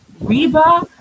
Reba